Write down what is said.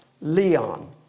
Leon